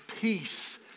peace